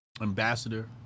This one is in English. ambassador